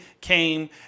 came